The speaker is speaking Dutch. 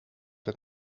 het